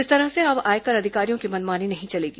इस तरह से अब आयकर अधिकारियों की मनमानी नहीं चलेगी